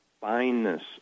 fineness